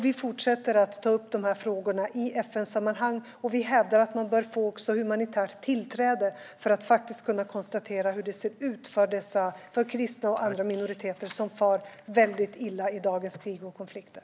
Vi fortsätter också att ta upp dessa frågor i FN-sammanhang, och vi hävdar att det bör ges humanitärt tillträde för att det ska kunna konstateras hur det ser ut för kristna och andra minoriteter som far mycket illa i dagens krig och konflikter.